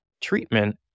treatment